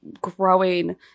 growing